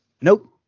Nope